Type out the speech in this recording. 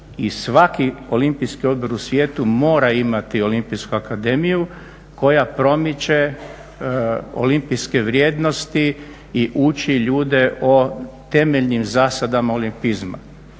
i svaki olimpijski odbor u svijetu mora imati olimpijsku akademiju koja promiče olimpijske vrijednosti i uči ljudi o temeljnim zasadama olimpizma.